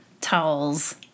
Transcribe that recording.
towels